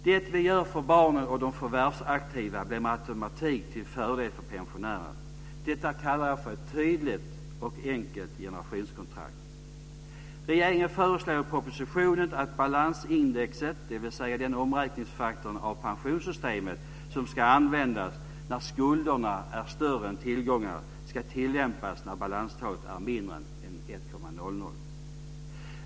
Det vi gör för barnen och de förvärvsaktiva blir med automatik till fördel för pensionärerna. Detta kallar jag för ett tydligt och enkelt generationskontrakt. Regeringen föreslår i propositionen att balansindexet, dvs. den omräkningsfaktor i pensionssystemet som ska användas när skulderna är större än tillgångarna, ska tillämpas när balanstalet är mindre än 1,00.